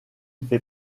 fait